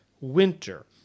winter